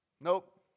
nope